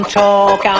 talk